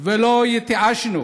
ולא התייאשנו,